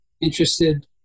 interested